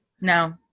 No